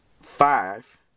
five